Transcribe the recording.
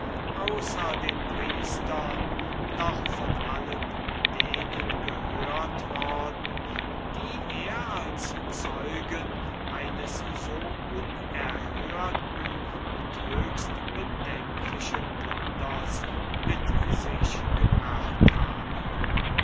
außer den priestern noch von allen denen gehört worden die er als zeugen eines so unerhörten und höchst bedenklichen wunders mit sich gebracht habe